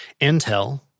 Intel